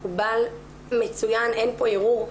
מקובל, מצוין, אין פה ערעור.